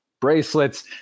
bracelets